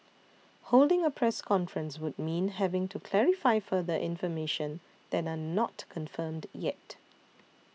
holding a press conference would mean having to clarify further information that are not confirmed yet